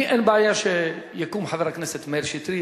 לי אין בעיה שיקום חבר הכנסת מאיר שטרית,